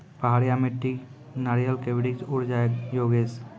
पहाड़िया मिट्टी नारियल के वृक्ष उड़ जाय योगेश?